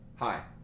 Hi